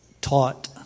taught